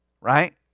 Right